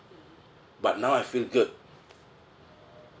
but now I feel good